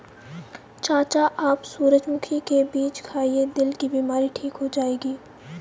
चाचा आप सूरजमुखी के बीज खाइए, दिल की बीमारी ठीक हो जाएगी